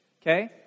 okay